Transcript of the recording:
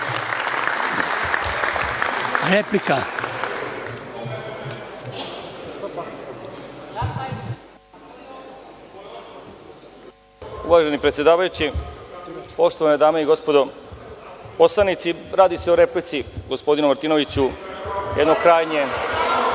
Pajtić** Uvaženi predsedavajući, poštovane dame i gospodo narodni poslanici, radi se o replici gospodinu Martinoviću, jedno krajnje